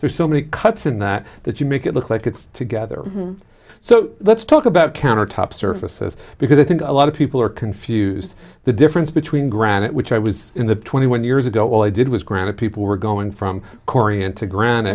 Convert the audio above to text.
there's so many cuts in that that you make it look like it's together so let's talk about countertop surfaces because i think a lot of people are confused the difference between granite which i was in the twenty one years ago all i did was granite people were going from korean to gran